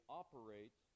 operate